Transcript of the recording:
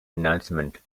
announcement